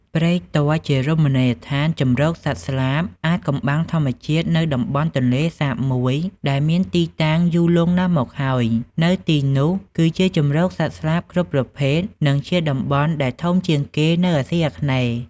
ព្រែកទាល់ជារមណីយដ្ឋានជំរកសត្វស្លាបអាថ៍កំបាំងធម្មជាតិនៅតំបន់ទន្លេសាបមួយដែលមានតាំងពីយូរលង់ណាស់មកហើយនៅទីនោះគឺជាជំរកសត្វស្លាបគ្រប់ប្រភេទនិងជាតំបន់ដែលធំជាងគេនៅអាសុីអាគ្នេយ៍។